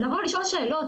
לבוא ולשאול שאלות.